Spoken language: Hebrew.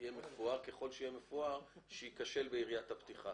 מפואר ככל שיהיה מפואר - שייכשל ביריית הפתיחה.